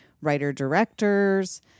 writer-directors